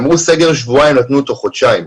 אמרו סגר שבועיים, נתנו אותו חודשיים.